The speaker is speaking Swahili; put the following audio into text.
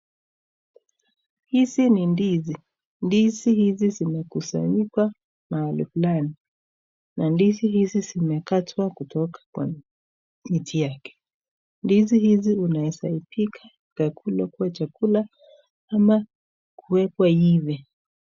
Hizi ni ndizi, ndizi hizi zimekusanyika mahali fulani na ndizi hizi zimekatwa kutoka kwa miti yake. Ndizi hizi unaeza ipika ikakulwa kuwa chakula ama kuwekwa iive.